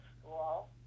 School